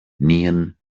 neon